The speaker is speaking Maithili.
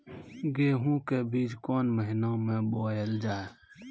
गेहूँ के बीच कोन महीन मे बोएल जाए?